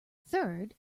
third